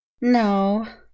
No